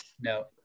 No